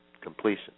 Completion